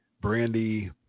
Brandy